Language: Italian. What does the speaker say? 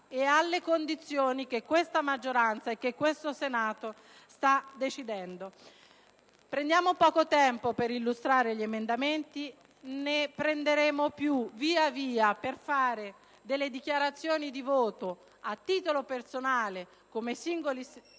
e alle condizioni che questa maggioranza e questo Senato stanno decidendo. Utilizzeremo poco tempo per illustrare gli emendamenti; ne prenderemo di più per svolgere delle dichiarazioni di voto a titolo personale, come singoli